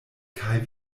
kaj